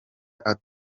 avura